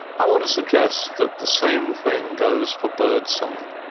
i want to suggest that the same thing goes for birdsong.